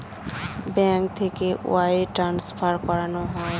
bank থেকে wire transfer করানো হয়